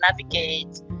navigate